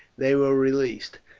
they were released.